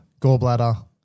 gallbladder